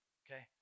okay